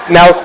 Now